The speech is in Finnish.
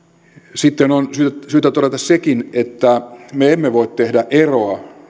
sitten on syytä todeta sekin että me emme voi tehdä eroa